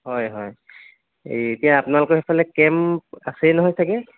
হয় হয় এতিয়া আপোনালোকৰ সেইফালে কেম্প আছেই নহয় ছাগে